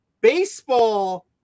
Baseball